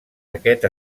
aquest